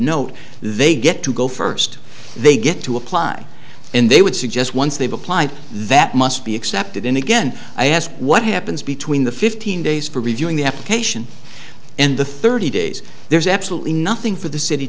note they get to go first they get to apply and they would suggest once they've applied that must be accepted and again i ask what happens between the fifteen days for reviewing the application and the thirty days there's absolutely nothing for the city